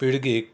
पिळगीक